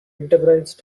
enterprise